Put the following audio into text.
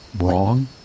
wrong